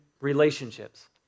relationships